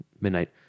midnight